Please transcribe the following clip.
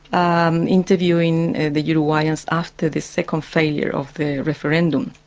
um interviewing the uruguayans after the second failure of the referendum,